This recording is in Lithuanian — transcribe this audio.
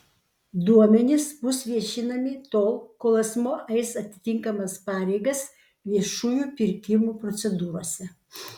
duomenys bus viešinami tol kol asmuo eis atitinkamas pareigas viešųjų pirkimų procedūrose